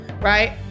right